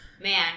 man